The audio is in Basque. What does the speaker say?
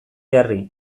jarri